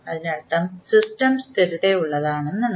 അതിനർത്ഥം സിസ്റ്റം സ്ഥിരതയുള്ളതാണെന്നാണ്